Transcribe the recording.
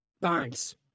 Barnes